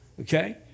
okay